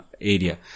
area